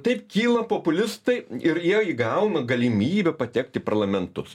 taip kyla populistai ir jie įgauna galimybę patekt į parlamentus